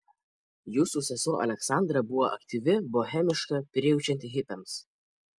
jūsų sesuo aleksandra buvo aktyvi bohemiška prijaučianti hipiams